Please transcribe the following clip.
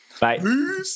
bye